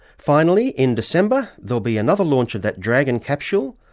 finally, in december, there'll be another launch of that dragon capsule,